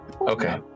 okay